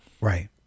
Right